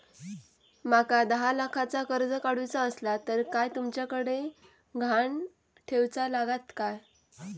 माका दहा लाखाचा कर्ज काढूचा असला तर काय तुमच्याकडे ग्हाण ठेवूचा लागात काय?